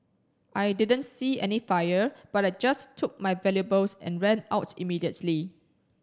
I didn't see any fire but I just took my valuables and ran out immediately